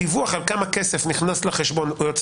הדיווח על כמה כסף נכנס לחשבון או יוצא